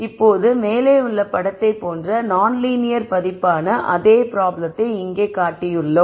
இப்போது மேலே உள்ள படத்தைப் போன்ற நான்லீனியர் பதிப்பான அதே ப்ராப்ளத்தை இங்கே காட்டியுள்ளோம்